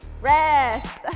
rest